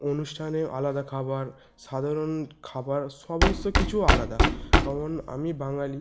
অনুষ্ঠানেও আলাদা খাবার সাধারণ খাবার সমস্ত কিছু আলাদা কারণ আমি বাঙালি